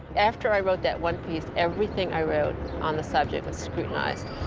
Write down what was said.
after i wrote that one piece, everything i wrote on the subject was scrutinized.